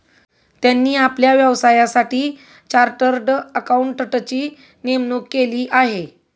त्यांनी आपल्या व्यवसायासाठी चार्टर्ड अकाउंटंटची नेमणूक केली आहे